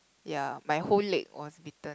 ya my whole leg was bitten